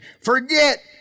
Forget